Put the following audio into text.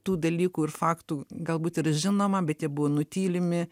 tų dalykų ir faktų galbūt ir žinoma bet jie buvo nutylimi